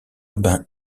urbain